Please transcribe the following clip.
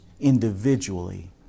individually